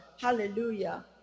Hallelujah